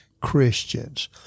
christians